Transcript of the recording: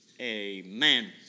Amen